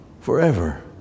forever